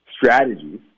strategies